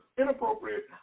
inappropriate